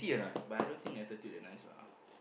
but I don't think attitude that nice lah